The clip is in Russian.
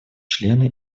члены